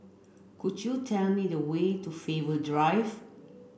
could you tell me the way to Faber Drive